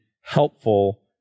helpful